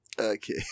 okay